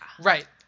right